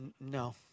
No